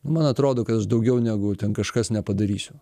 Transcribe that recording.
nu man atrodo kad aš daugiau negu ten kažkas nepadarysiu